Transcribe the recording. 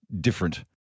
different